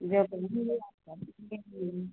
जब आप